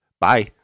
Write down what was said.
bye